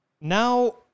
Now